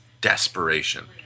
desperation